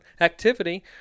activity